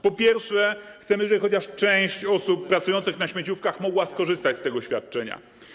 Po pierwsze, chcemy, żeby chociaż część osób pracujących na śmieciówkach mogła skorzystać z tego świadczenia.